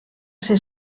ser